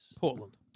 Portland